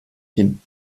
hin